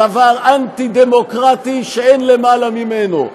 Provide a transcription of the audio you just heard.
דבר אנטי-דמוקרטי שאין למעלה ממנו.